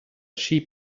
sheep